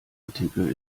artikel